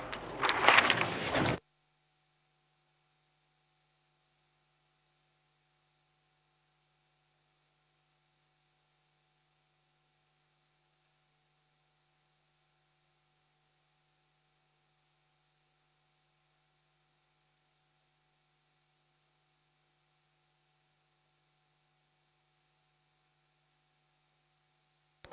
kyselytunti päättyi